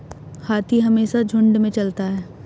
हाथी हमेशा झुंड में चलता है